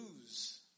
lose